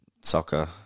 Soccer